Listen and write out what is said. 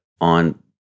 on